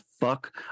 fuck